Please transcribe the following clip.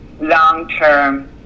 long-term